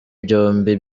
byombi